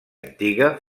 antiga